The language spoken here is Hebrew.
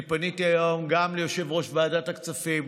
פניתי היום גם ליושב-ראש ועדת הכספים,